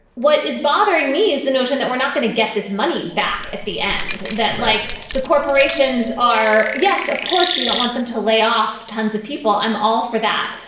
what is bothering me is the notion that we're not going to get this money back at the end that like the corporations are. yes, of course, we don't want them to lay off tons of people. i'm all for that.